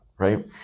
Right